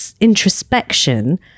introspection